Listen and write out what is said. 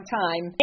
time